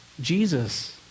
Jesus